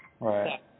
Right